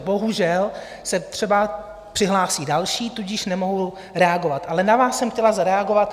Bohužel se třeba přihlásí další, tudíž nemohu reagovat, ale na vás jsem chtěla zareagovat.